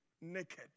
naked